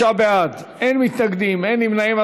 29 בעד, אין מתנגדים, אין נמנעים.